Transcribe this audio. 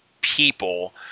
people